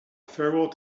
farewell